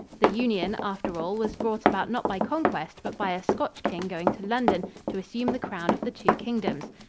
the union, after all, was brought about not by conquest but by a scotch king going to london to assume the crown of the two kingdoms.